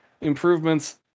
improvements